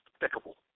despicable